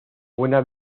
buena